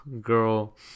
girl